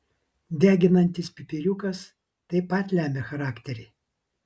deginantis pipiriukas taip pat lemia charakterį